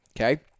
Okay